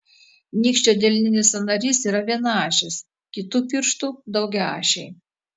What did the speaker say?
nykščio delninis sąnarys yra vienaašis kitų pirštų daugiaašiai